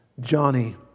Johnny